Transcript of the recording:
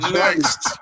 next